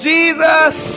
Jesus